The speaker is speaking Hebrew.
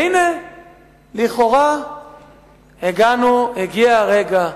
והנה לכאורה הגיע הרגע,